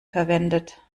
verwendet